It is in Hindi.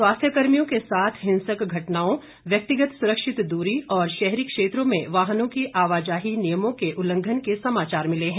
स्वास्थ्य कर्मियों के साथ हिंसक घटनाओं व्यक्तिगत सुरक्षित दूरी और शहरी क्षेत्रों में वाहनों की आवाजाही नियमों के उल्लंघन के समाचार मिले हैं